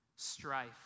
strife